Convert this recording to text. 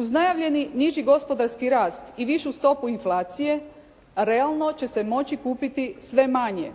Uz najavljeni niži gospodarski rast i višu stopu inflacije realno će se moći kupiti sve manje.